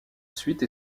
suite